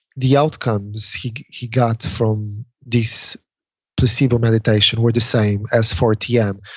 the outcomes he he got from this placebo meditation were the same as for tm.